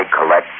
collect